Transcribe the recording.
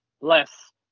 less